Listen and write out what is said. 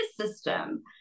system